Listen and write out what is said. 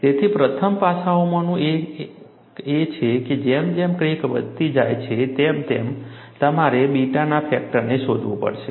તેથી પ્રથમ પાસામાંનું એક એ છે કે જેમ જેમ ક્રેક વધતી જાય છે તેમ તેમ તમારે બીટાના ફેક્ટરને શોધવું પડશે